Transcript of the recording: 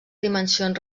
dimensions